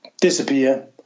disappear